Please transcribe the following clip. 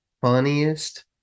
funniest